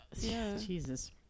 Jesus